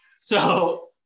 So-